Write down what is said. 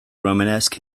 romanesque